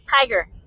Tiger